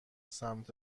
سمت